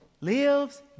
lives